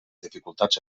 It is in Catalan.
dificultats